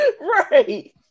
Right